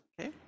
Okay